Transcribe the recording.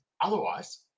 otherwise